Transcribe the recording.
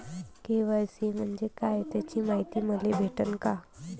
KYC म्हंजे काय त्याची मायती मले भेटन का?